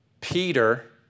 Peter